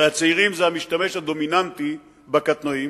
הרי הצעירים הם המשתמש הדומיננטי בקטנועים,